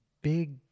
big